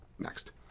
Next